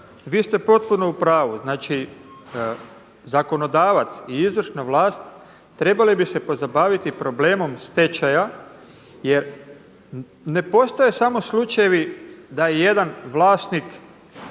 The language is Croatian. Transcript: vi ste potpuno u pravu. Znači zakonodavac i izvršna vlast trebali bi se pozabaviti problemom stečaja. Jer ne postoje samo slučajevi da je jedan vlasnik